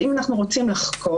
אבל אם אנחנו רוצים לחקור,